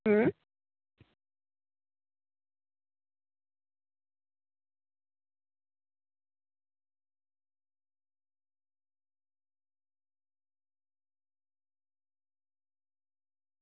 હમ